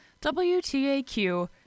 WTAQ